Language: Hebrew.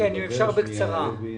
שמי אייל הלוי,